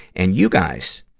and you guys,